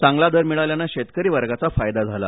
चांगला दर मिळाल्याने शेतकरी वर्गाचा फायदा झाला